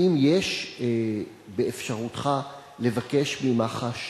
האם יש באפשרותך לבקש ממח"ש